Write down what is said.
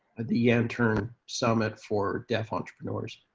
the yantern summit for deaf entrepreneurs,